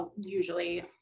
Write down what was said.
usually